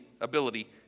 ability